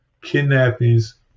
kidnappings